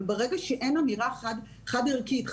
אבל ברגע שאין אמירה חד משמעית,